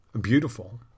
beautiful